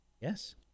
Yes